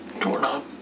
doorknob